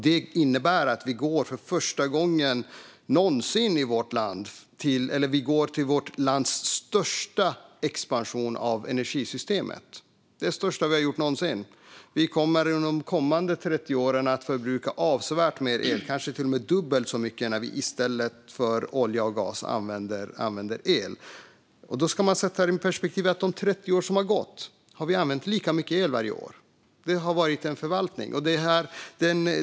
Det innebär att vi går mot vårt lands största expansion av energisystemet någonsin. Vi kommer under de kommande 30 åren att förbruka avsevärt mycket mer el - kanske till och med dubbelt så mycket - när vi i stället för olja och gas använder el. Man ska sätta detta i ett perspektiv. Under de 30 år som har gått har vi använt lika mycket el varje år. Det har varit en förvaltning.